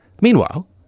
meanwhile